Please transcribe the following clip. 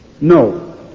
No